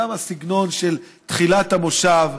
גם הסגנון של תחילת המושב,